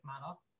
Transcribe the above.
model